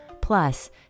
plus